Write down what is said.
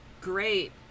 great